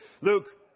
Luke